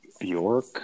York